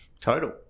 total